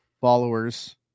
followers